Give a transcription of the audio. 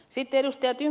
sitten ed